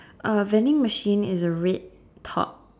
uh vending machine is a red top